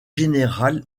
général